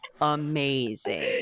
amazing